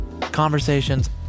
Conversations